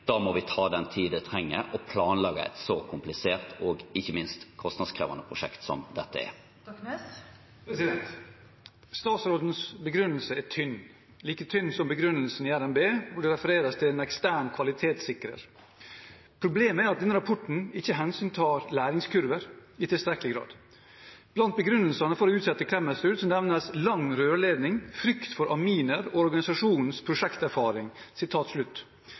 Da må vi ta den tiden vi trenger til å planlegge et så komplisert og ikke minst kostnadskrevende prosjekt som dette er. Statsrådens begrunnelse er tynn, like tynn som begrunnelsen i RNB, der det refereres til en ekstern kvalitetssikrer. Problemet er at denne rapporten ikke hensyntar læringskurver i tilstrekkelig grad. Blant begrunnelsene for å utsette Klemetsrud nevnes «lang rørledning, frykt for amminutslipp nær storby og organisasjonens prosjekterfaring.»